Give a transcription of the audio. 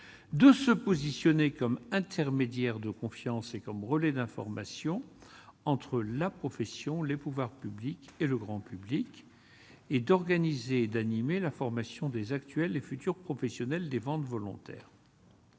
de se positionner comme intermédiaires de confiance et comme relais d'information entre la profession, les pouvoirs publics et le grand public et d'organiser d'animer la formation des actuels et futurs professionnels des ventes volontaires.